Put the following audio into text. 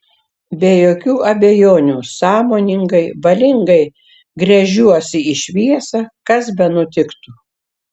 be jokių abejonių sąmoningai valingai gręžiuosi į šviesą kas benutiktų